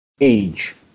age